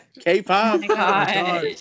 k-pop